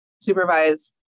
supervise